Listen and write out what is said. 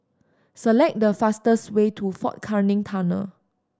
select the fastest way to Fort Canning Tunnel